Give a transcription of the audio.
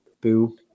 boo